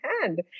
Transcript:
hand